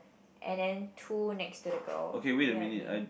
and then two next to the girl you get what I mean